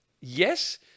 yes